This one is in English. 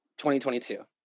2022